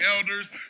elders